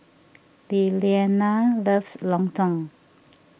Lilianna loves Lontong